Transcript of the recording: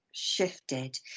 shifted